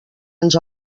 ens